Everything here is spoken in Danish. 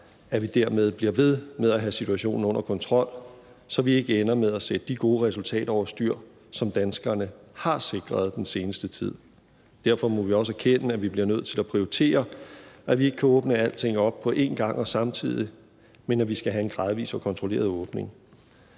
at vi dermed bliver ved med at have situationen under kontrol, så vi ikke ender med at sætte de gode resultater over styr, som danskerne har sikret den seneste tid. Derfor må vi også erkende, at vi bliver nødt til at prioritere, at vi ikke kan åbne alting op på en gang samtidig, men at vi skal have en gradvis og kontrolleret åbning.